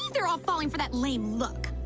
ah they're all falling for that lame look